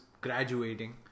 graduating